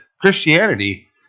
Christianity